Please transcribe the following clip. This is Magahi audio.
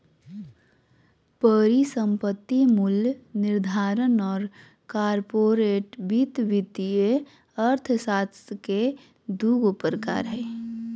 परिसंपत्ति मूल्य निर्धारण और कॉर्पोरेट वित्त वित्तीय अर्थशास्त्र के दू गो प्रकार हइ